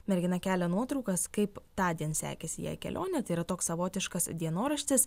mergina kelia nuotraukas kaip tądien sekėsi jai kelionė tai yra toks savotiškas dienoraštis